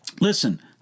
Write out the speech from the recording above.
Listen